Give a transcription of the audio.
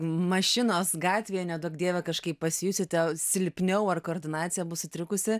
mašinos gatvėje neduok dieve kažkaip pasijusite silpniau ar koordinacija bus sutrikusi